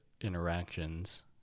interactions